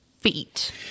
feet